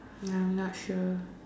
no I'm not sure